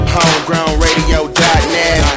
Homegrownradio.net